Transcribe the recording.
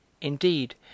indeed